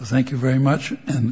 thank you very much and